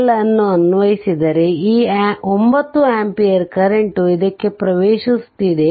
KCL ಅನ್ನು ಅನ್ವಯಿಸಿದರೆ ಈ 9 ಆಂಪಿಯರ್ ಕರೆಂಟ್ ಇದಕ್ಕೆ ಪ್ರವೇಶಿಸುತ್ತಿದೆ